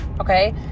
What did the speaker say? okay